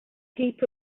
heap